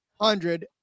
Hundred